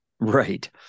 Right